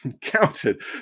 counted